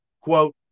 Quote